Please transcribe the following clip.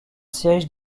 siège